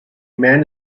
man